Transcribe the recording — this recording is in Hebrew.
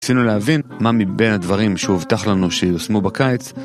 רצינו להבין מה מבין הדברים שהובטח לנו שיושמו בקיץ.